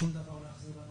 שום דבר לא יחזיר לנו